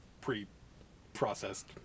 ...pre-processed